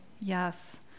Yes